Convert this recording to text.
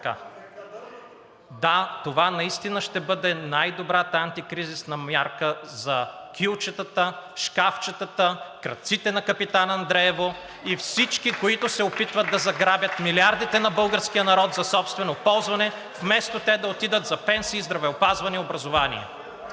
Да, това наистина ще бъде най-добрата антикризисна мярка за кюлчетата, шкафчетата, крадците на Капитан Андреево и всички, които се опитват да заграбят милиардите на българския народ за собствено ползване, вместо те да отидат за пенсии, здравеопазване и образование.